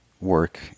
work